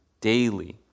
daily